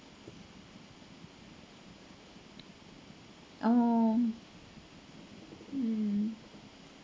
oh um